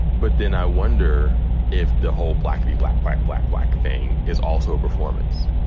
but then i wonder if the whole black be black, black, black, black thing is also a performance,